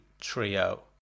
Trio